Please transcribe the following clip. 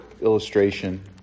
illustration